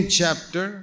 chapter